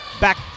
Back